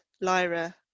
lyra